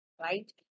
right